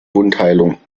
wundheilung